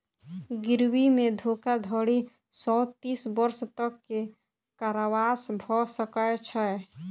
गिरवी मे धोखाधड़ी सॅ तीस वर्ष तक के कारावास भ सकै छै